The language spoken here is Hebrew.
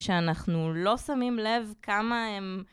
שאנחנו לא שמים לב כמה הם...